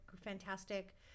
fantastic